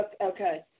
Okay